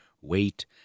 weight